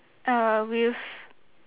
err with